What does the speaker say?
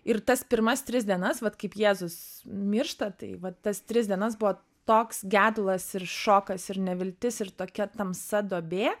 ir tas pirmas tris dienas vat kaip jėzus miršta tai vat tas tris dienas buvo toks gedulas ir šokas ir neviltis ir tokia tamsa duobė